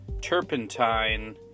turpentine